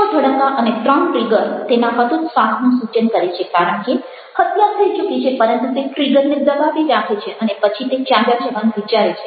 6 ધડાકા અને 3 ટ્રિગર તેના હતોત્સાહનું સૂચન કરે છે કારણ કે હત્યા થઈ ચૂકી છે પરંતુ તે ટ્રિગરને દબાવ્યે રાખે છે અને પછી તે ચાલ્યા જવાનું વિચારે છે